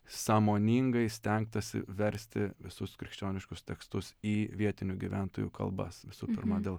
sąmoningai stengtasi versti visus krikščioniškus tekstus į vietinių gyventojų kalbas visų pirma dėl